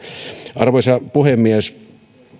arvoisa puhemies